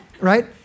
right